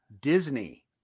Disney